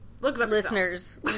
listeners